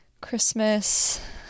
Christmas